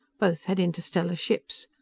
both had interstellar ships.